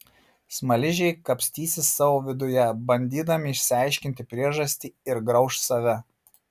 smaližiai kapstysis savo viduje bandydami išsiaiškinti priežastį ir grauš save